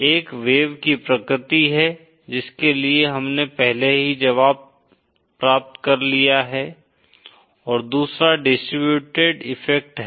एक वेव की प्रकृति है जिसके लिए हमने पहले ही जवाब प्राप्त कर लिया है और दूसरा डिस्ट्रिब्यूटेड इफ़ेक्ट है